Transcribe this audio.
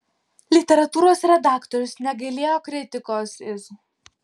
literatūros redaktorius negailėjo kritikos iz